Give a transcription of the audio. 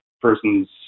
person's